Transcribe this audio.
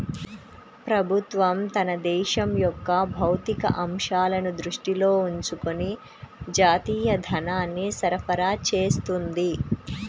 ప్రభుత్వం తన దేశం యొక్క భౌతిక అంశాలను దృష్టిలో ఉంచుకొని జాతీయ ధనాన్ని సరఫరా చేస్తుంది